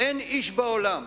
אין איש בעולם